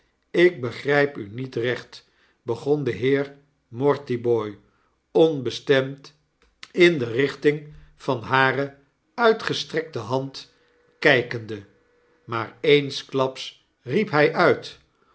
ik begryp u niet recht begon de heer mortibooi onbestemd in de richting van hare uitgestrekte hand kykende maar eensklaps riep hy uit